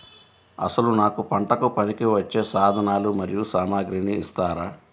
అసలు నాకు పంటకు పనికివచ్చే సాధనాలు మరియు సామగ్రిని ఇస్తారా?